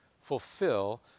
fulfill